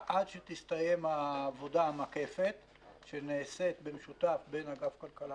עד שתסתיים העבודה המקיפה שנעשית במשותף בין אגף הכלכלה